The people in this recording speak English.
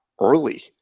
early